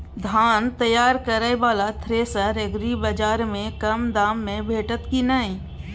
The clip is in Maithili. धान तैयार करय वाला थ्रेसर एग्रीबाजार में कम दाम में भेटत की नय?